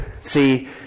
see